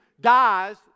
dies